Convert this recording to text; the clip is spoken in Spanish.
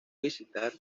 visitar